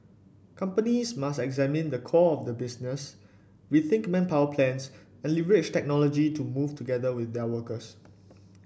companies must examine the core of their business rethink manpower plans and leverage technology to move together with their workers